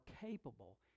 capable